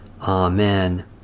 Amen